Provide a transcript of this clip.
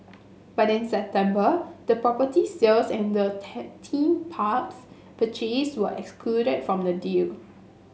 but in September the property sales and the theme parks purchase were excluded from the deal